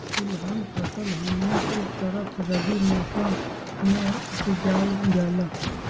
तिलहन फसल हमनी के तरफ रबी मौसम में उपजाल जाला